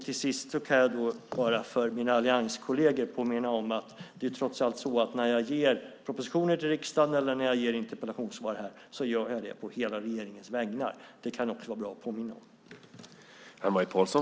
Till sist kan jag för mina allianskolleger påminna om att när jag lägger fram propositioner till riksdagen eller när jag ger interpellationssvar gör jag det på hela regeringens vägnar. Det kan vara bra att påminna om.